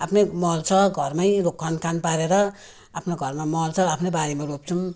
आफ्नै मल छ घरमै रोप खनखान पारेर आफ्नो घरमा मल छ आफ्नै बारीमा रोप्छौँ